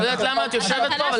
אני לא יודעת למה את יושבת פה,